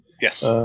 Yes